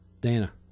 Dana